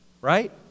right